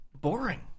boring